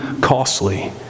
costly